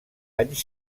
anys